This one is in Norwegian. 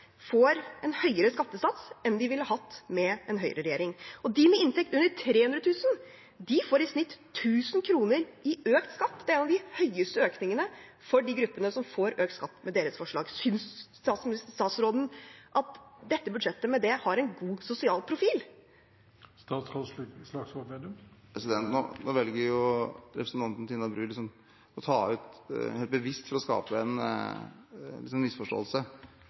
får en høyere skattesats enn de ville hatt med en Høyre-regjering. De med inntekt under 300 000 kr får i snitt 1 000 kr i økt skatt. Det er en av de høyeste økningene for de gruppene som får økt skatt med deres forslag. Synes statsråden at budsjettet med det har en god sosial profil? Nå velger representanten Tina Bru helt bevisst, for å skape en misforståelse, å trekke ut